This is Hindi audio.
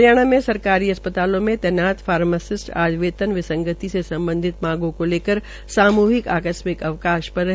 हरियाणा सरकारी अस्पतालों में तैनात फार्मास्टि आज वेतन विंसगति से सम्बधित मांगों को लेकर सामूहिक आकस्मिक अवकाश पर रहे